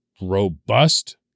robust